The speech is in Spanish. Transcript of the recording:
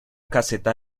caseta